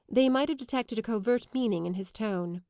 they might have detected a covert meaning in his tone.